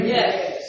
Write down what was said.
Yes